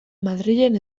madrilen